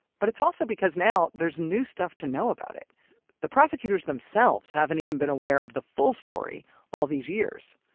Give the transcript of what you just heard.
but it's also because now there's new stuff to know about it the prosecutors themselves haven't even been aware of the full story all these years.